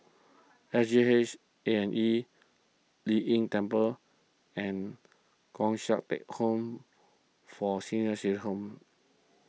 S G H A and E Lei Yin Temple and Thong Teck Home for Senior City Home